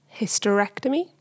Hysterectomy